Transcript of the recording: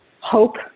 hope